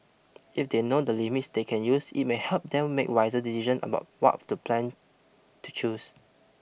if they know the limits they can use it may help them make wiser decisions about what plan to choose